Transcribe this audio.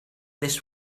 this